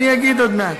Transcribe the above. אני אגיד עוד מעט.